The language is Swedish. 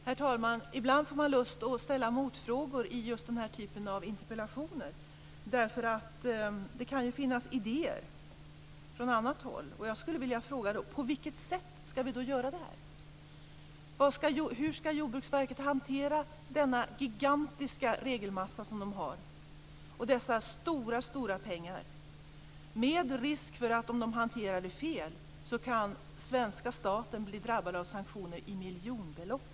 Herr talman! Ibland får man lust att ställa motfrågor i just den här typen av interpellationsdebatter. Det kan ju finnas idéer från annat håll. Jag skulle vilja fråga: På vilket sätt ska vi göra det här? Hur ska Jordbruksverket hantera den gigantiska regelmassa de har och dessa stora pengar? Om de hanterar det fel finns det en risk för att svenska staten blir drabbad av sanktioner med miljonbelopp.